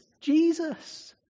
Jesus